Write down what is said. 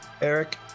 Eric